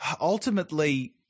ultimately